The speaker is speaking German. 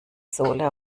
sohle